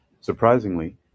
Surprisingly